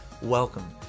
welcome